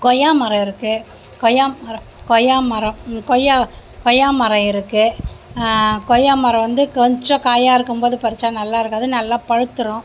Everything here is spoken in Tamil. கொய்யா மரம் இருக்கு கொய்யா மரம் கொய்யா மரம் கொய்யா கொய்யா மரம் இருக்கு கொய்யா கொய்யா மரம் வந்து கொஞ்சம் காயாக இருக்கும் போது பறிச்சா நல்லாயிருக்காது நல்ல பழுத்துரும்